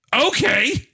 Okay